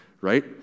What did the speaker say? right